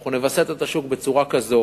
אנחנו נווסת את השוק בצורה כזאת